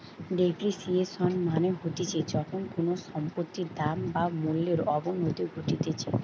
depreciation মানে হতিছে যখন কোনো সম্পত্তির দাম বা মূল্যর অবনতি ঘটতিছে